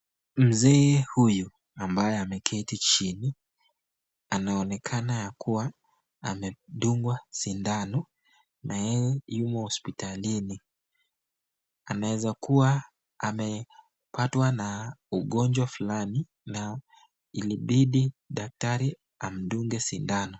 Mzee huyu ambaye ameketi chini anaonekana yakuwa amedungwa sindano na yeye yumo hospitalini. Anaweza kuwa amepatwa na ugonjwa fulani na ilibidi daktari amdunge sindano.